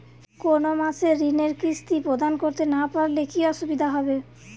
কোনো মাসে ঋণের কিস্তি প্রদান করতে না পারলে কি অসুবিধা হবে?